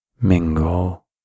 mingle